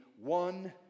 one